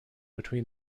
between